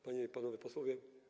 Panie i Panowie Posłowie!